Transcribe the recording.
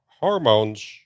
hormones